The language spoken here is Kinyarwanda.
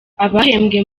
abahembwe